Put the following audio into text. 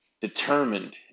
determined